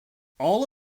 all